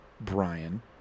Brian